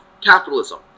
capitalism